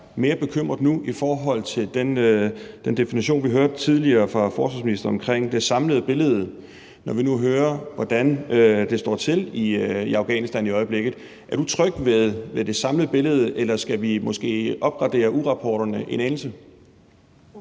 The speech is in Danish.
mere bekymret nu i forhold til den definition, vi tidligere hørte fra forsvarsministeren, om det samlede billede, når vi nu hører, hvordan det står til i Afghanistan i øjeblikket. Er du tryg ved det samlede billede, eller skal vi måske opgradere ugerapporterne en anelse?